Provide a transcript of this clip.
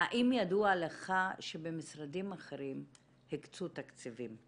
האם ידוע לך שבמשרדים אחרים הקצו תקציבים?